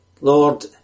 Lord